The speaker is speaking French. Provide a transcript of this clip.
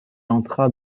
entra